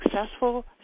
successful